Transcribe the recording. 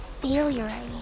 failure